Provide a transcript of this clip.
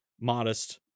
modest